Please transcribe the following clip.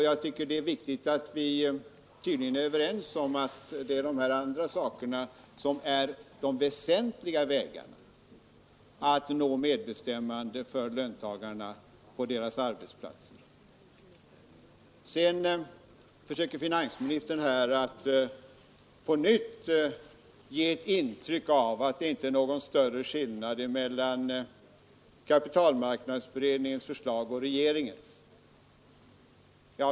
Jag tycker att det är viktigt att-vi tydligen är överens om att de övriga åtgärderna är de väsentliga vägarna att nå medbestämmande för löntagarna på deras arbetsplatser. Sedan försökte finansministern på nytt ge ett intryck av att det inte är någon större skillnad på kapitalmarknadsutredningens förslag och regeringens.